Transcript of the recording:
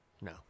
No